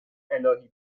االهی